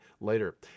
later